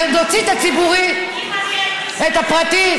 נוציא את הפרטי.